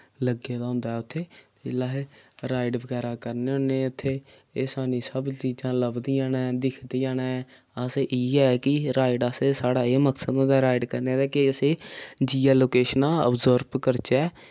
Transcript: लग्गे दा होंदा उत्थै जेल्लै अस राइड बगैरा करने होन्ने उत्थै एह् साह्नूं सब चीजां लभदियां न दिखदियां न अस इ'यै कि राइड असें साढ़ा एह् मकसद होंदा राइड करने दा के असें जि'यां लोकेशनां ओब्सर्व करचै